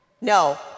No